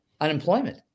unemployment